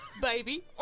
baby